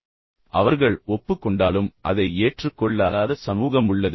இப்போது அவர்கள் ஒப்புக் கொண்டாலும் அதை ஏற்றுக்கொள்ளாத சமூகம் உள்ளது